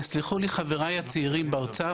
יסלחו לי חבריי הצעירים באוצר,